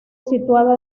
situada